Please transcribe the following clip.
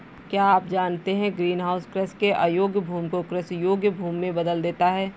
क्या आप जानते है ग्रीनहाउस कृषि के अयोग्य भूमि को कृषि योग्य भूमि में बदल देता है?